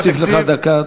אני מוסיף לך דקה,